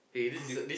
did